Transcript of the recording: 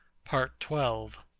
part twelve